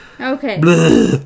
Okay